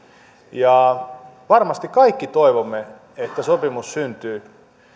varmasti kaikki toivomme että sopimus syntyy